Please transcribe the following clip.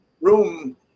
room